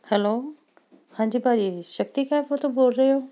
hello ਹਾਂਜੀ ਭਾਅ ਜੀ ਸ਼ਕਤੀ ਕੈਬ ਪਰ ਤੋਂ ਬੋਲ ਰਹੇ ਹੋ